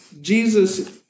Jesus